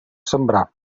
sembrar